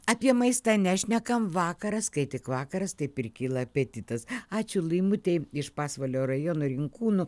apie maistą nešnekam vakaras kai tik vakaras taip ir kyla apetitas ačiū laimutei iš pasvalio rajono rinkūnų